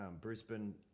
Brisbane